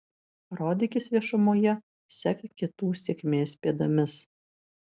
rodykis viešumoje sek kitų sėkmės pėdomis